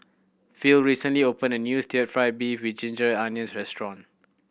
Phil recently opened a new still fried beef with ginger onions restaurant